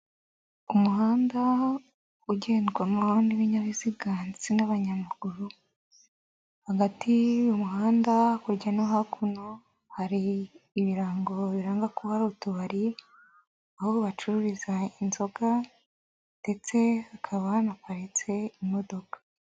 Umuhanda ugendwamo n'ibibinyabiziga ndetse n'abanyamaguru, hagati y'umuhanda, hakurya no hakuno hari ibirango biranga ko hari utubari, aho bacururiza inzoga ndetse hakaba hanapatse imodoka.